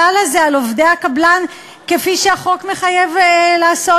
הזה על עובדי הקבלן כפי שהחוק מחייב לעשות,